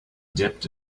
dipped